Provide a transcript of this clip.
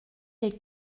les